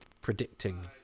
predicting